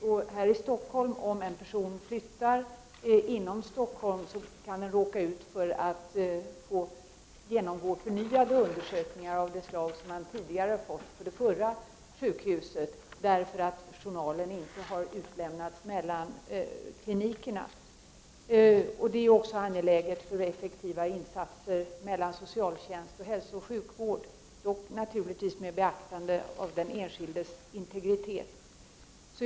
En person som flyttar inom Stockholm kan råka ut för att behöva genomgå en ny undersökning av samma slag som han tidigare genomgått på ett annat sjukhus, därför att sjukjournaler inte utlämnas mellan klinikerna. Detta är också angeläget för att åstadkomma ett effektivt samarbete mellan socialtjänsten och hälsooch sjukvården, dock naturligtvis med beaktande av den enskildes integritet.